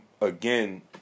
again